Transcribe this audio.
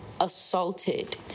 assaulted